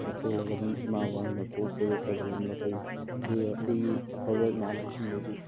ꯂꯥꯞꯊꯣꯛꯂꯒ ꯑꯗꯨꯝ ꯏꯃꯥ ꯕꯕꯥꯅ ꯂꯥꯞꯊꯣꯛꯎ ꯈꯣꯠꯂꯨ ꯍꯥꯏꯕꯗꯒꯤ ꯑꯗꯨꯝ ꯂꯥꯞꯊꯣꯛꯏ ꯑꯗꯨꯒ ꯑꯩꯒꯤ ꯑꯐꯕ ꯏꯃꯥꯟꯅꯕ ꯁꯤꯡꯗꯨꯗꯤ